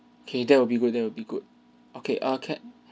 that will be good that will be good okay uh can